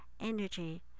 energy